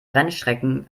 rennstrecken